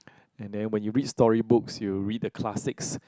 and then when you read storybooks you read the classics